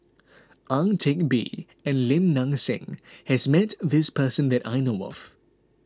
Ang Teck Bee and Lim Nang Seng has met this person that I know of